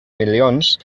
milions